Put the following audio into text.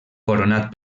coronat